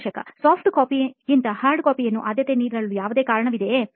ಸಂದರ್ಶಕ soft copy ಯನ್ನು ಗಿಂತ ನೀವು ಹಾರ್ಡ್ Hardcopy ಯನ್ನು ಆದ್ಯತೆ ನೀಡಲು ಯಾವುದೇ ಕಾರಣವಿದೆಯೇ